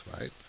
right